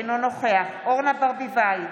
אינו נוכח אורנה ברביבאי,